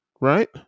right